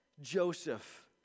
Joseph